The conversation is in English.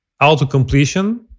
auto-completion